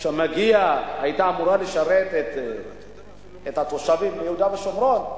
שהיתה אמורה לשרת את התושבים ביהודה ושומרון,